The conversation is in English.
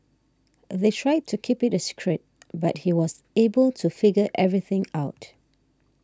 they tried to keep it a secret but he was able to figure everything out